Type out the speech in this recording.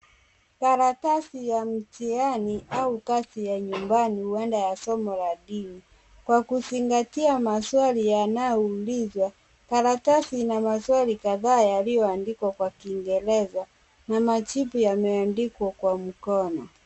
Karatasi ya mitihani au kazi ya nyumbani huenda somo la dini kwa kuzingatia maswali yanayoulizwa karatasi ina maswali kadhaa yaliyoandikwa na kiingereza majibu yameandikwa kwa mkono.